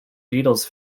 beatles